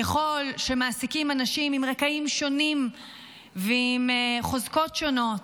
ככל שמעסיקים אנשים עם רקעים שונים ועם חוזקות שונות,